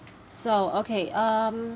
so okay um